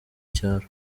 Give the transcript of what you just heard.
cyaro